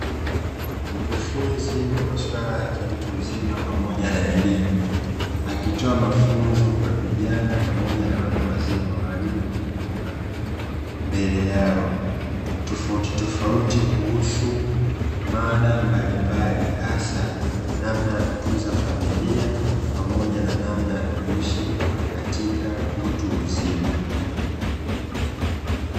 Mkufunzi wa maswala ya kiutuuzima pamoja na elimu, akitoa mafunzo kwa vijana pamoja na watu wazima waliomzunguka mbele yao tofautitofauti kuhusu mada mbalimbali hasa namna ya kutunza familia pamoja na namna ya kuishi katika utu uzima.